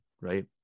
right